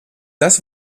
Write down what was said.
das